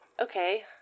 okay